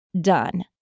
done